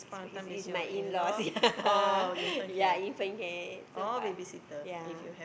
is is my in laws ya ya if can get so fast ya